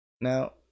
Now